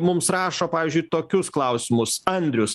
mums rašo pavyzdžiui tokius klausimus andrius